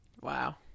Wow